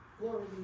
Glory